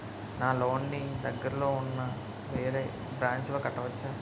నా లోన్ నీ దగ్గర్లోని ఉన్న వేరే బ్రాంచ్ లో కట్టవచా?